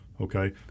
okay